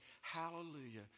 hallelujah